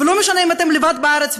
ולא משנה אם אתם לבד בארץ.